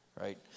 right